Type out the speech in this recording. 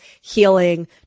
healing